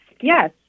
Yes